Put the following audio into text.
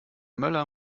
möller